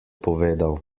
povedal